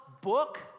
book